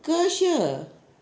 kersher